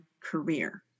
career